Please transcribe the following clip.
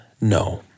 no